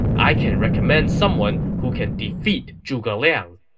i can recommend someone who can defeat zhuge liang.